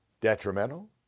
detrimental